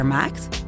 maakt